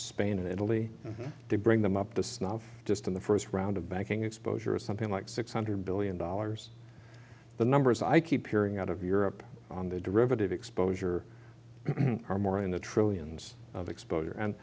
spain and italy to bring them up to snuff just in the first round of banking exposure of something like six hundred billion dollars the numbers i keep hearing out of europe on the derivative exposure are more in the trillions of exposure and